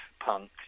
punk